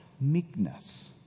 meekness